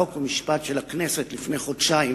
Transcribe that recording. חוק ומשפט של הכנסת לפני חודשיים